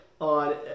on